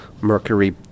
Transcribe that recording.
mercury